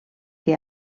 que